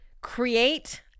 create